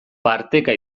parteka